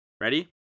Ready